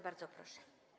Bardzo proszę.